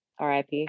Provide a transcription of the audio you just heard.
RIP